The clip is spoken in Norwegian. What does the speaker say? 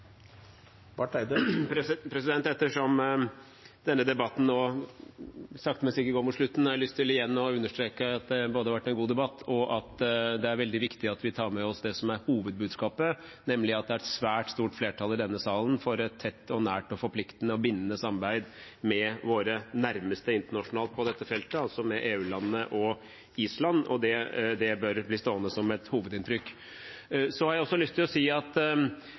Ettersom denne debatten nå sakte, men sikkert går mot slutten, har jeg lyst til igjen å understreke både at det har vært en god debatt, og at det er veldig viktig at vi tar med oss det som er hovedbudskapet, nemlig at det er et svært stort flertall i denne salen for et tett, nært, forpliktende og bindende samarbeid med våre nærmeste internasjonalt på dette feltet, altså med EU-landene og Island, og at det bør bli stående som et hovedinntrykk. Så har jeg også lyst til å si at